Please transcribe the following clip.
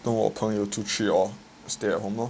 跟我朋友出去 orh stay at home orh